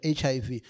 HIV